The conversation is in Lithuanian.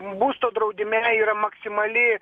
būsto draudime yra maksimali